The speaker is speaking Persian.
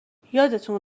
یادتون